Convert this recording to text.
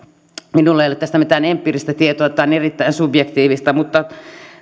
minulla ei ole tästä mitään empiiristä tietoa tämä on erittäin subjektiivista mutta